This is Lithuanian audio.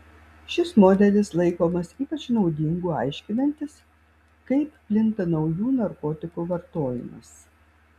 šis modelis laikomas ypač naudingu aiškinantis kaip plinta naujų narkotikų vartojimas